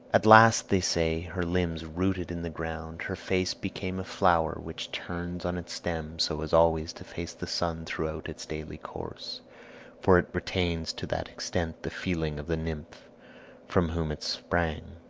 at last, they say, her limbs rooted in the ground, her face became a flower which turns on its stem so as always to face the sun throughout its daily course for it retains to that extent the feeling of the nymph from whom it sprang.